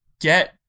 get